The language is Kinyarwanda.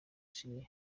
syria